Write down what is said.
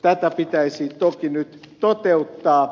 tätä pitäisi toki nyt toteuttaa